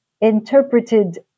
interpreted